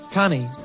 Connie